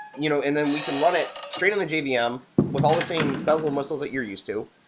you know and then we can run it straight in the jvm yeah um with all the same bells and whistles that you're used to,